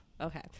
okay